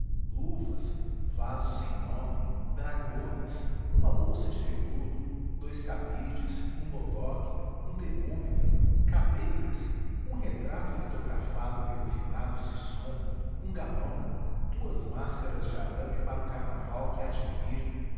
luvas vasos sem nome dragonas uma bolsa de veludo dous cabides um bodoque um termômetro cadeiras um retrato litografado pelo finado sisson um gamão duas máscaras de arame para o carnaval que